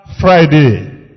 Friday